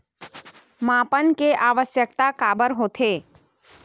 मापन के आवश्कता काबर होथे?